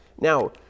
Now